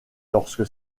lorsque